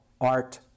art